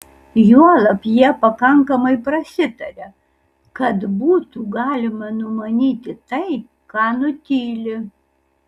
juolab jie pakankamai prasitaria kad būtų galima numanyti tai ką nutyli